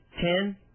Ten